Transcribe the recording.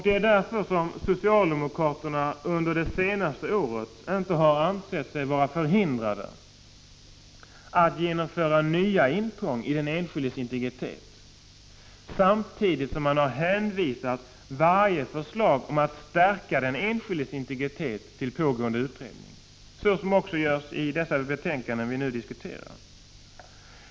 Det är därför som socialdemokraterna under det senaste året inte har ansett sig vara förhindrade att genomföra nya intrång i den enskildes integritet, samtidigt som de vid varje förslag om att stärka den enskildes integritet hänvisat till pågående utredning, såsom har gjorts också i det betänkande vi nu diskuterar.